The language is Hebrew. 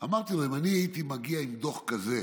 אמרתי לו: אם אני הייתי מגיע עם דוח כזה